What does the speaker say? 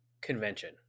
convention